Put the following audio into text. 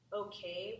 okay